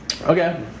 Okay